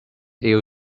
ill